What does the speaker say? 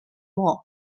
war